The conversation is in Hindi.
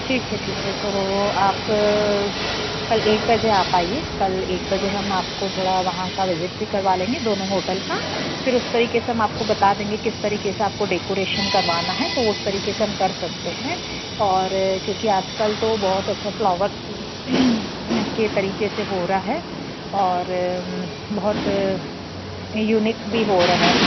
ठीक है ठीक है तो आप कल एक बजे आप आइए कल एक बजे हम आपको थोड़ा वहाँ का विज़िट भी करवा लेंगे दोनों होटल का फिर उस तरीक़े हम आपको बता देंगे किस तरीक़े से आपको डेकोरेशन करवाना है तो उस तरीक़े से हम कर सकते हैं और क्योंकि आज कल तो बहुत अच्छा फ्लोवर्स के तरीक़े से हो रहा है और बहुत यूनिक भी हो रहा है